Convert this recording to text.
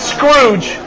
Scrooge